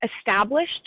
established